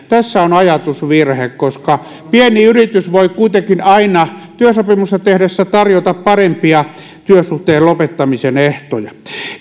tässä on ajatusvirhe koska pieni yritys voi kuitenkin aina työsopimusta tehtäessä tarjota parempia työsuhteen lopettamisen ehtoja